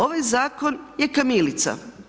Ovaj zakon je kamilica.